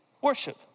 worship